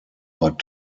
but